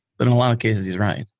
but in a lot of cases he's right.